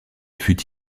fut